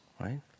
right